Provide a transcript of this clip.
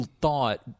thought